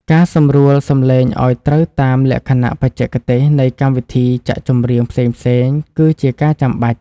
ការសម្រួលសំឡេងឱ្យត្រូវតាមលក្ខណៈបច្ចេកទេសនៃកម្មវិធីចាក់ចម្រៀងផ្សេងៗគឺជាការចាំបាច់។